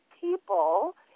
people